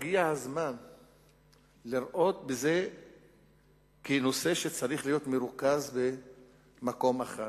שהגיע הזמן לראות בזה נושא שצריך להיות מרוכז במקום אחד.